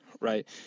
right